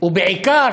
בעיקר,